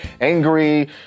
angry